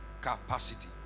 capacity